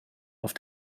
auf